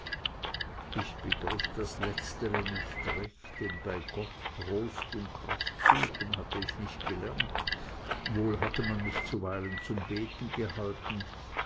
ich begriff das letztere nicht recht denn bei gott trost und kraft suchen hatte ich nicht gelernt wohl hatte man mich zuweilen zum beten gehalten